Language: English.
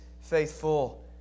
faithful